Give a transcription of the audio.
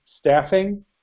staffing